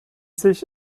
sich